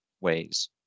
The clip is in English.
ways